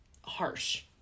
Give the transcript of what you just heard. harsh